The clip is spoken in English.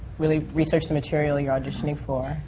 really research the material you're auditioning for.